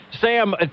Sam